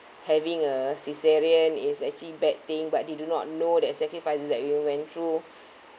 having a caesarean is actually bad thing but they do not know that sacrifices that you went through